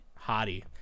hottie